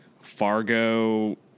Fargo